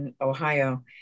Ohio